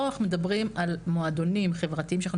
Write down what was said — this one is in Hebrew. פה אנחנו מדברים על מועדונים חברתיים שאנחנו